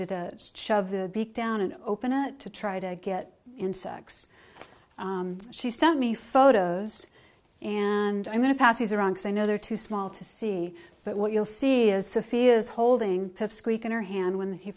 to shove the beat down and open it to try to get insects she sent me photos and i'm going to pass these around because i know they're too small to see but what you'll see is sophie is holding pipsqueak in her hand whe